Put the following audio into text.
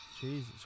Jesus